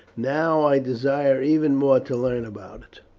now i desire even more to learn about it.